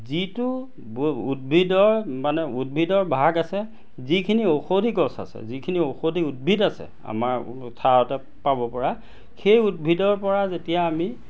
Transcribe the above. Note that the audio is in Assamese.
যিটো উদ্ভিদৰ মানে উদ্ভিদৰ ভাগ আছে যিখিনি ঔষধি গছ আছে যিখিনি ঔষধি উদ্ভিদ আছে আমাৰ ঠাৰতে পাব পৰা সেই উদ্ভিদৰ পৰা যেতিয়া আমি